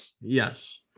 Yes